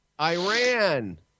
Iran